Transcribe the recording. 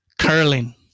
Curling